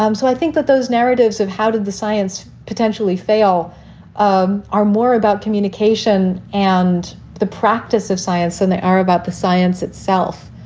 um so i think that those narratives of how did the science potentially fail um are more about communication and the practice of science than they are about the science itself.